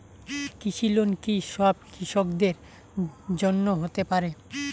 কৃষি লোন কি সব কৃষকদের জন্য হতে পারে?